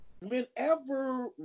Whenever